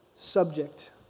subject